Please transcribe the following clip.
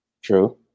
True